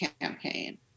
campaign